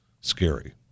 scary